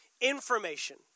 information